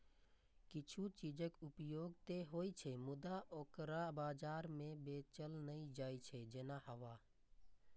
किछु चीजक उपयोग ते होइ छै, मुदा ओकरा बाजार मे बेचल नै जाइ छै, जेना हवा